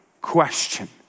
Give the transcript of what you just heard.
question